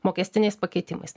mokestiniais pakeitimais